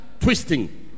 twisting